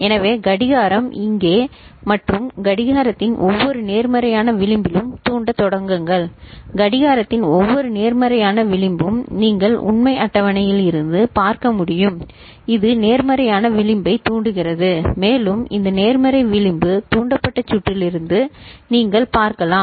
எனவே கடிகாரம் இங்கே மற்றும் கடிகாரத்தின் ஒவ்வொரு நேர்மறையான விளிம்பிலும் தூண்டத் தொடங்குங்கள் கடிகாரத்தின் ஒவ்வொரு நேர்மறையான விளிம்பும் நீங்கள் உண்மை அட்டவணையில் இருந்து பார்க்க முடியும் இது நேர்மறையான விளிம்பைத் தூண்டுகிறது மேலும் இந்த நேர்மறை விளிம்பு தூண்டப்பட்ட சுற்றிலிருந்து நீங்கள் பார்க்கலாம்